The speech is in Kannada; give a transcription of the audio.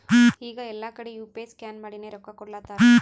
ಈಗ ಎಲ್ಲಾ ಕಡಿ ಯು ಪಿ ಐ ಸ್ಕ್ಯಾನ್ ಮಾಡಿನೇ ರೊಕ್ಕಾ ಕೊಡ್ಲಾತಾರ್